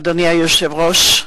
אדוני היושב-ראש,